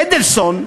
אדלסון,